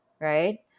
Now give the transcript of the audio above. right